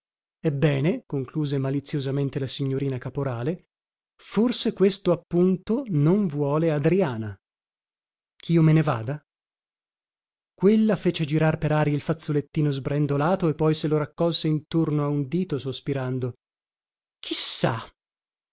ebbene concluse maliziosamente la signorina caporale forse questo appunto non vuole adriana chio me ne vada quella fece girar per aria il fazzolettino sbrendolato e poi se lo raccolse intorno a un dito sospirando